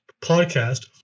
podcast